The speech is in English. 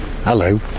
Hello